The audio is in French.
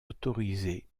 autorisés